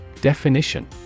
Definition